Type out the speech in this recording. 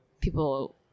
people